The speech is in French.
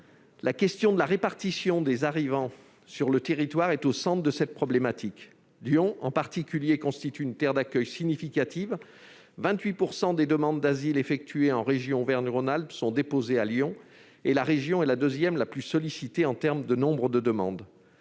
La question de la répartition des arrivants sur le territoire est au centre de cette problématique. Lyon, en particulier, constitue une terre d'accueil significative. Ainsi, 28 % des demandes d'asile effectuées en région Auvergne-Rhône-Alpes sont déposées à Lyon. D'ailleurs, la région est la deuxième la plus sollicitée en termes de nombre de demandes.